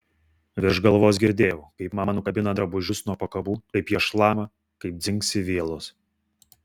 virš galvos girdėjau kaip mama nukabina drabužius nuo pakabų kaip jie šlama kaip dzingsi vielos